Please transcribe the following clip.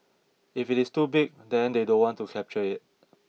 if it is too big then they don't want to capture it